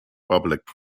public